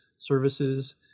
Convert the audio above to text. services